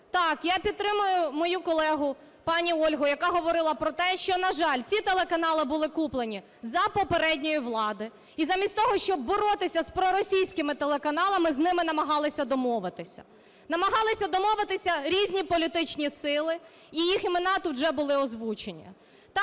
Так, я підтримую мою колегу пані Ольгу, яка говорила про те, що, на жаль, ці телеканали були куплені за попередньої влади. І замість того, щоб боротися з проросійськими телеканалами, з ними намагалися домовитися. Намагалися домовитися різні політичні сили. І їх імена тут вже були озвучені. Там